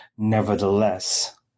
nevertheless